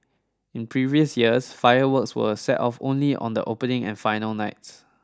in previous years fireworks were set off only on the opening and final nights